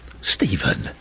Stephen